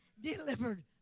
delivered